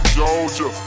Georgia